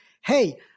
hey